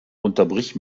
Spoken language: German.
unterbrich